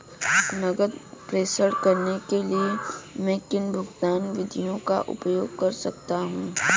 नकद प्रेषण करने के लिए मैं किन भुगतान विधियों का उपयोग कर सकता हूँ?